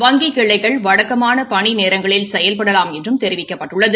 வங்கிக் கிளைகள் வழக்கமான பணி நேரங்களில் செயல்படலாம் என்றும் தெரிவிக்கப்பட்டுள்ளது